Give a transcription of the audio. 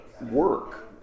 work